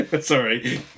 Sorry